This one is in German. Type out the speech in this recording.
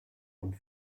rund